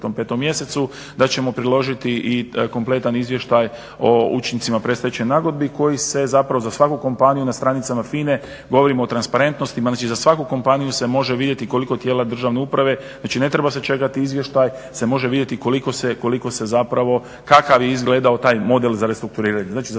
da ćemo priložiti i kompletan izvještaj o učincima predstečajnih nagodbi koji se zapravo za svaku kompaniju na stranicama FINA-e govorim o transparentnosti, znači za svaku kompaniju se može vidjeti koliko tijela državne uprave. Znači ne treba se čekati izvještaj, se može vidjeti koliko se zapravo, kakav je izgledao taj model za restrukturiranje.